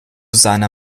seiner